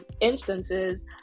instances